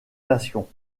nation